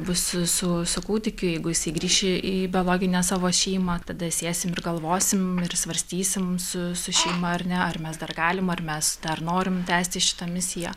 bus su su su kūdikiu jeigu jisai grįši į į biologinę savo šeimą tada sėsim ir galvosim ir svarstysim su su šeima ar ne ar mes dar galim ar mes dar norim tęsti šitą misiją